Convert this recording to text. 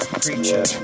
creature